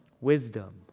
Wisdom